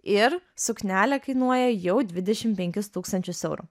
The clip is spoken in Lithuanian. ir suknelė kainuoja jau dvidešimt penkis tūkstančius eurų